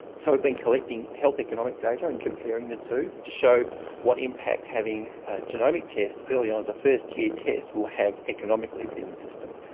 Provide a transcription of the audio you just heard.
so we've been collecting health economic data and comparing the two to show what impact having a genomic test early on as a first tier test will have economically within the system.